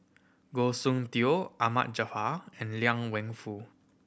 Goh Soon Tioe Ahmad Jaafar and Liang Wenfu